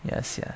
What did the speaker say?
ya sia